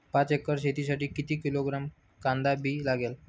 पाच एकर शेतासाठी किती किलोग्रॅम कांदा बी लागेल?